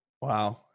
Wow